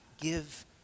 give